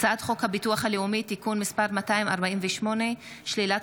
הצעת חוק הביטוח הלאומי (תיקון מס' 248) (שלילת